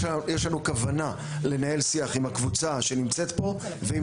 יש לנו כוונה לנהל שיח עם הקבוצה שנמצאת פה ועם